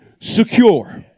secure